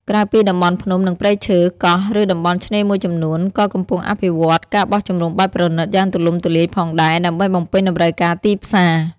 ក្រៅពីតំបន់ភ្នំ និងព្រៃឈើ កោះ ឬតំបន់ឆ្នេរមួយចំនួន ក៏កំពុងអភិវឌ្ឍ ការបោះជំរំបែបប្រណីត យ៉ាងទូលំទូលាយផងដែរ ដើម្បីបំពេញតម្រូវការទីផ្សារ។